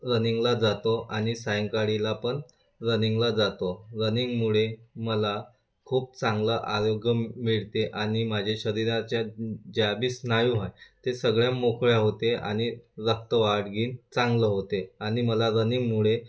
रनिंगला जातो आणि सायंकाळीला पण रनिंगला जातो रनिंगमुळे मला खूप चांगलं आरोग्य मिळते आणि माझ्या शरीराच्या ज्याबी स्नायू आहे ते सगळ्या मोकळ्या होते आणि रक्त वाहिनी चांगलं होते आणि मला रनिंगमुळे